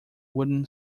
wooden